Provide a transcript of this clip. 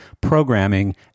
programming